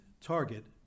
target